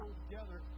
together